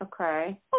Okay